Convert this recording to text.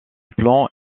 plan